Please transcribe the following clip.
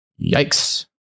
yikes